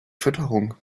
fütterung